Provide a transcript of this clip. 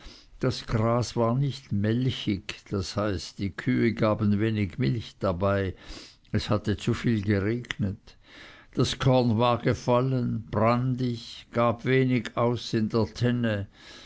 das gras war nicht melchig das heißt die kühe gaben wenig milch dabei es hatte zu viel geregnet das korn war gefallen brandig gab wenig aus in der tenne